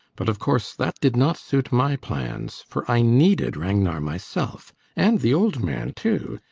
but of course that did not suit my plans for i needed ragnar myself and the old man too.